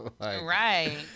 Right